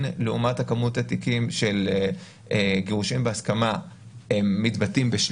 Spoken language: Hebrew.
לעומת כמות התיקים של גירושין בהסכמה היא שליש.